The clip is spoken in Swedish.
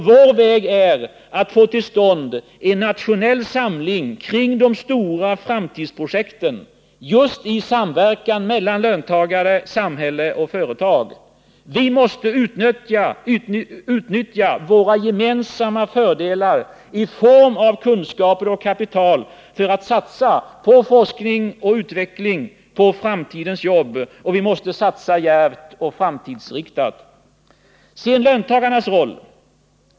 Vår väg är att få till stånd en nationell samling kring de stora projekten, just i samverkan mellan löntagarna, samhället och företagen. Vi måste utnyttja våra gemensamma fördelar i form av kunskaper och kapital för att satsa på forskning och utveckling, på framtidens jobb. Vi måste satsa djärvt och framtidsinriktat. Sedan löntagarnas roll.